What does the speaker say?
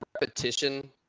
repetition